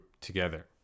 together